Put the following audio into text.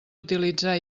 utilitzar